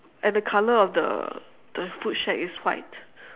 and the color of the the food shack is white